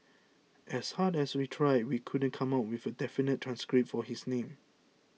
as hard as we tried we couldn't come up with a definitive transcript for his name